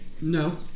No